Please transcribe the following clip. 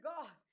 God